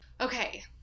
Okay